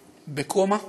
בקומה,